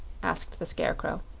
asked the scarecrow.